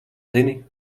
zini